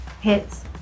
Hits